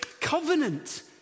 covenant